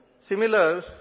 Similar